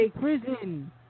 Prison